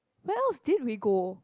where else did we go